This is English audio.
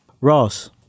Ross